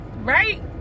Right